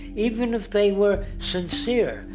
even if they were sincere,